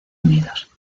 unidos